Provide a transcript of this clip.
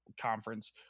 conference